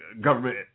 government